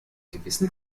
gewissen